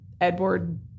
Edward